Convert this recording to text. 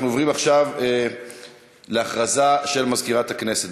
אנחנו עוברים עכשיו להכרזה של מזכירת הכנסת,